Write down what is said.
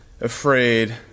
afraid